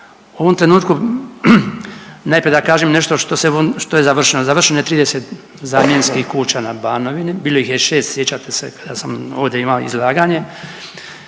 U ovom trenutku najprije da kažem nešto što je završeno. Završeno je 30 namjenskih kuća na Banovini, bilo ih je 6 sjećate se kad sam ovdje imao izlaganje.